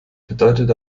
bedeutet